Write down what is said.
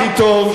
הכי טוב,